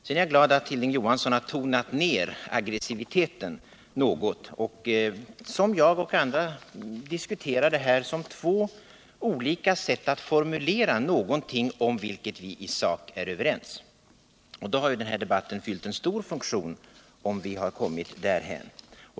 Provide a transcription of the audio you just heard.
Jag är glad över att Hilding Johansson något har tonat ner aggressiviteten och i likhet med mig och andra diskuterar det här som två olika sätt att formulera någonting om vilket vi i sak är överens. Den här debatten har fyllt en stor funktion om vi har kommit därhän.